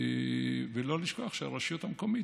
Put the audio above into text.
ולא לשכוח שהרשות המקומית,